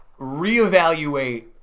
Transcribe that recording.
reevaluate